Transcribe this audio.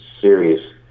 serious